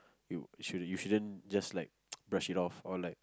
you shouldn't you shouldn't just like brush it off or like